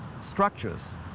structures